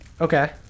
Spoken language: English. Okay